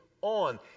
on